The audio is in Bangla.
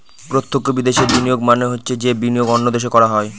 প্রত্যক্ষ বিদেশে বিনিয়োগ মানে হচ্ছে যে বিনিয়োগ অন্য দেশে করা হয়